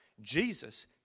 Jesus